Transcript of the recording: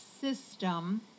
system